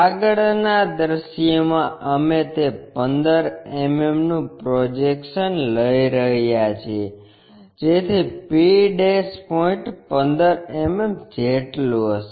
આગળના દૃશ્યમાં અમે તે 15 mmનું પ્રોજેક્શન્સ લઈ રહ્યા છીએ જેથી p પોઇન્ટ 15 mm જેટલું હશે